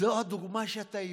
זו הדוגמה שאתה הבאת,